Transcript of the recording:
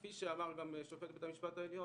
כפי שאמר גם שופט בית המשפט העליון,